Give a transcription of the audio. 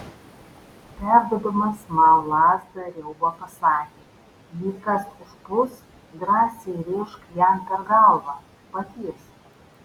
perduodamas man lazdą riauba pasakė jei kas užpuls drąsiai rėžk jam per galvą patiesi